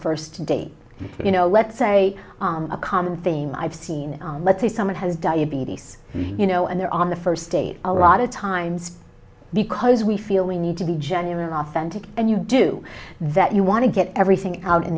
first date you know let's say a common theme i've seen let's say someone has diabetes you know and they're on the first date a lot of times because we feel we need to be genuine authentic and you do that you want to get everything out in